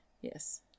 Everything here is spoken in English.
Yes